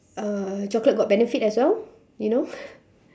uh chocolate got benefit as well you know